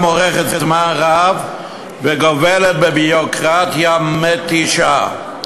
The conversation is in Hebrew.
אורכת זמן רב וגובלת בביורוקרטיה מתישה.